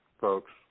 folks